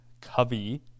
Covey